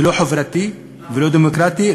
זה לא חברתי ולא דמוקרטי.